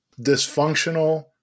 dysfunctional